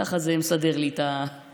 ככה זה מסדר לי את העניין.